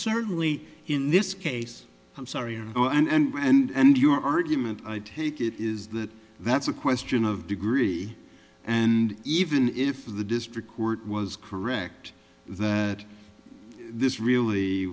certainly in this case i'm sorry oh and your argument i take it is that that's a question of degree and even if the district court was correct that this really